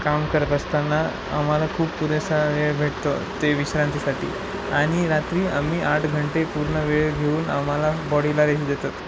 काम करत असताना आम्हाला खूप पुरेसा वेळ भेटतो ते विश्रांतीसाठी आणि रात्री आम्ही आठ घंटे पूर्ण वेळ घेऊन आम्हाला बॉडीला रेंज देतात